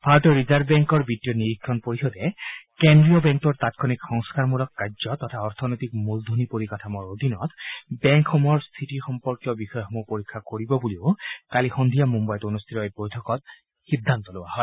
ভাৰতীয় ৰিজাৰ্ভ বেংকৰ বিত্তীয় নিৰীক্ষণ পৰিষদে কেন্দ্ৰীয় বেংকটোৰ তাৎক্ষণিক সংস্কাৰমূলক কাৰ্য তথা অৰ্থনৈতিক মূলধনী পৰিকাঠামোৰ অধীনত বেংকসমূহৰ স্থিতি সম্পৰ্কীয় বিষয়সমূহ পৰীক্ষা কৰিব বুলিও কালি সন্ধিয়া মুম্বাইত এই অনুষ্ঠিত বৈঠকত সিদ্ধান্ত লোৱা হয়